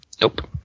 Nope